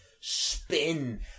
spin